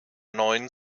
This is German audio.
neun